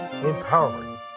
empowering